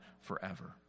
forever